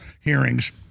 hearings